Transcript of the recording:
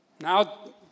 Now